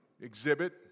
exhibit